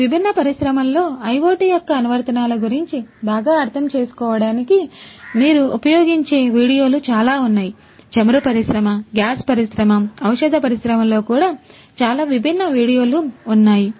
ఈ విభిన్న పరిశ్రమలో IoT యొక్క అనువర్తనాల గురించి బాగా అర్థం చేసుకోవడానికి మీరు ఉపయోగించే వీడియోలు చాలా ఉన్నాయి చమురు పరిశ్రమ గ్యాస్ పరిశ్రమ ఔషధ పరిశ్రమలో కూడా చాలా విభిన్న వీడియోలు ఉన్నాయి